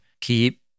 keep